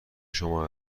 شما